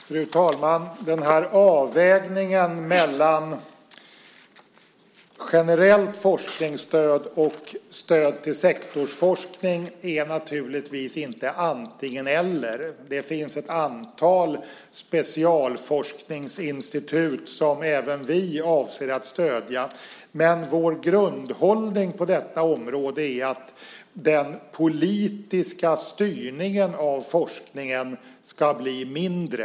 Fru talman! Avvägningen mellan generellt forskningsstöd och stöd till sektorsforskning är naturligtvis inte något antingen-eller. Det finns ett antal specialforskningsinstitut som även vi avser att stödja. Men vår grundhållning på detta område är att den politiska styrningen av forskningen ska bli mindre.